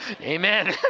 Amen